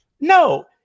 no